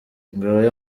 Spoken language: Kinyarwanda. ngaya